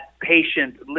patient